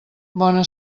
bona